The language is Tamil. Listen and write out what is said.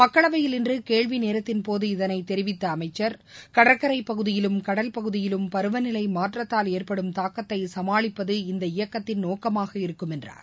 மக்களவையில் இன்று கேள்விநேரத்தின்போது இதனை தெரிவித்த அமைச்சர் கடற்கரைப்பகுதியிலும் கடல் பகுதியிலும் பருவநிலை மாற்றத்தால் ஏற்படும் தாக்கத்தை சமாளிப்பது இந்த இயக்கத்தின் நோக்கமாக இருக்கும் என்றார்